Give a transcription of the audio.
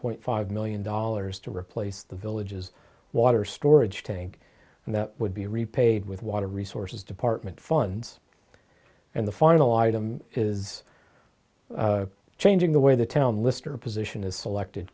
point five million dollars to replace the villages water storage tank and that would be repaid with water resources department funds and the final item is changing the way the tellme lyster position is selected